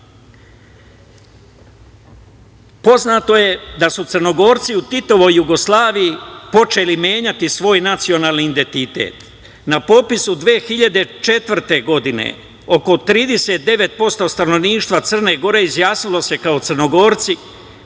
ranije. Poznato je da su Crnogorci u Titovoj Jugoslaviji počeli menjati svoj nacionalni identitet. Na popisu 2004. godine oko 39% stanovništva Crne Gore izjasnilo se kao Crnogorci,